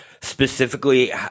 specifically